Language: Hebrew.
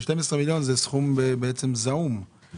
12 מיליון זה סכום בעצם זעום,